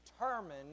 determined